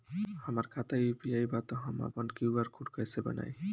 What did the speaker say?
हमार खाता यू.पी.आई बा त हम आपन क्यू.आर कोड कैसे बनाई?